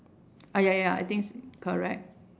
ah ya ya I think correct